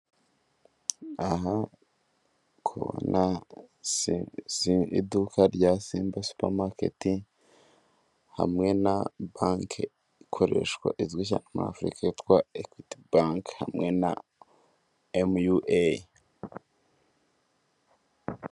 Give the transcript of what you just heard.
Aha ndi kubona iduka rya Simba supamaketi, hamwe na banki ikoreshwa izwi muri afuririkatwa ekwiti banki hamwe na emu yu eyi.